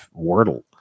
Wordle